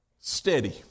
steady